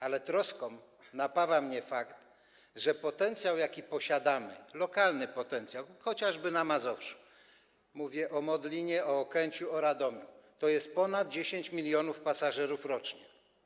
Ale troską napawa mnie fakt, że potencjał, jaki posiadamy, lokalny potencjał, chociażby na Mazowszu, mówię o Modlinie, o Okęciu, o Radomiu, to jest ponad 10 mln pasażerów rocznie.